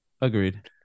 Agreed